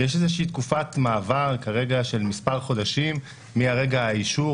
יש כרגע תקופת מעבר של מספר חודשים מרגע האישור